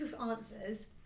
answers